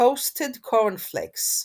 - "Toasted Corn Flakes".